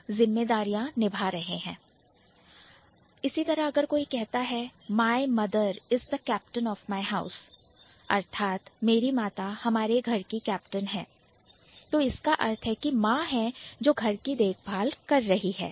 अगर कोई कहता है My mother is the captain of my house my mother is the captain of my house अर्थात मेरी माता हमारे घर की कैप्टन है तो इसका अर्थ है की मां है जो घर की देखभाल कर रही है